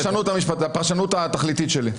אז זה הפרשנות התכליתית שלי.